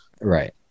Right